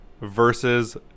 versus